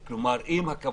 ואת זה אני אומר